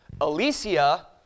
Alicia